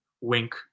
Wink –